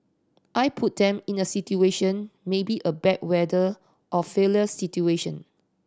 I put them in a situation maybe a bad weather or failure situation